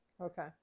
Okay